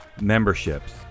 memberships